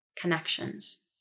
connections